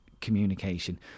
communication